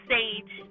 Sage